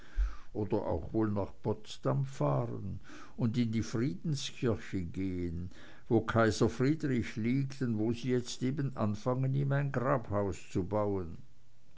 oder auch wohl nach potsdam fahren und in die friedenskirche gehen wo kaiser friedrich liegt und wo sie jetzt eben anfangen ihm ein grabhaus zu bauen